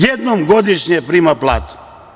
Jednom godišnje prima platu.